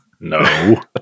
No